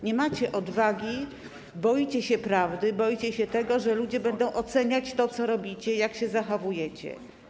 Nie macie odwagi, boicie się prawdy, boicie się tego, że ludzie będą oceniać to, co robicie, jak się zachowujecie.